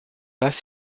pas